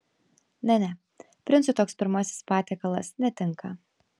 ne ne princui toks pirmasis patiekalas netinka